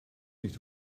nicht